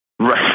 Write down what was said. Right